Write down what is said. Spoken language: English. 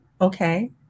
Okay